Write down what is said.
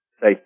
say